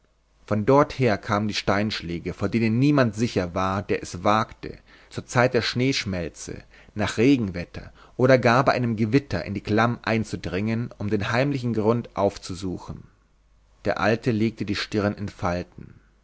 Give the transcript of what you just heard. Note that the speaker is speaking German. von dorther kamen die steinschläge vor denen niemand sicher war der es wagte zur zeit der schneeschmelze nach regenwetter oder gar bei einem gewitter in die klamm einzudringen um den heimlichen grund aufzusuchen der alte legte die stirn in falten